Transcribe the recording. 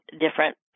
different